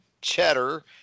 cheddar